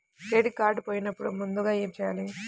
Credit card పోయినపుడు ముందుగా ఏమి చేయాలి?